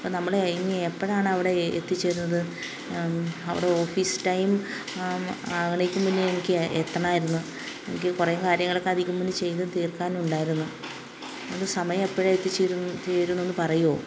അപ്പോള് നമ്മള് എയഞ്ഞ് എപ്പോഴാണ് അവിടെ എത്തിച്ചേരുന്നത് അവിടെ ഓഫീസ് ടൈം ആക ആകണേക്ക് മുന്നെ എനിക്ക് എത്തണമായിരുന്നു എനിക്ക് കുറേ കാര്യങ്ങളൊക്കെ അതീക്ക് മുന്നെ ചെയ്ത് തീർക്കാനുണ്ടായിരുന്നു അത് സമയം എപ്പോഴാണ് എത്തിച്ചേരു ചേരുന്നൊന്ന് പറയുമോ